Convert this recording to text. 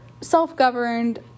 self-governed